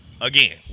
Again